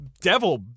devil